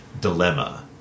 dilemma